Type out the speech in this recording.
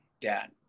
dad